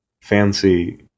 fancy